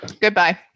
Goodbye